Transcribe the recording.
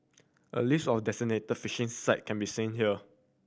a list of designated fishing site can be seen here